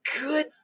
good